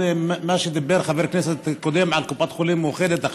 מה שאמר חבר הכנסת הקודם על קופת חולים מאוחדת,